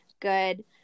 good